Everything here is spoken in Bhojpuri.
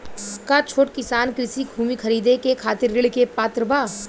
का छोट किसान कृषि भूमि खरीदे के खातिर ऋण के पात्र बा?